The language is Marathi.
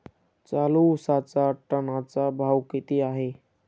चालू उसाचा टनाचा भाव किती आहे?